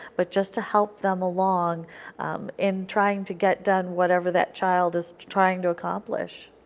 but just to help them along in trying to get done whatever that child is trying to accomplish.